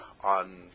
on